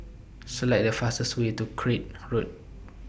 Select The fastest Way to Craig Road